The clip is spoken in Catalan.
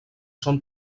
són